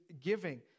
giving